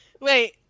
wait